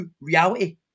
reality